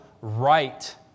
right